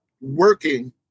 working